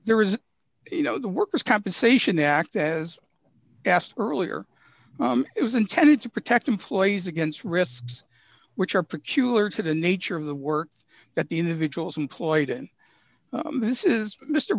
there is you know the workers compensation act as asked earlier it was intended to protect employees against risks which are peculiar to the nature of the work that the individuals employed in this is mr